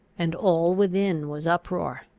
and all within was uproar.